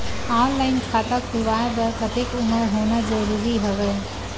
Online खाता खुलवाय बर कतेक उमर होना जरूरी हवय?